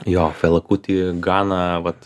jo felakuti gana vat